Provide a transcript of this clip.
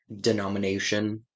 denomination